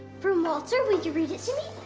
from walter? will you read it to me?